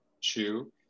chew